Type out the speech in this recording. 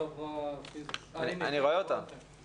במהלך התקופה האחרונה אנחנו